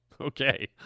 Okay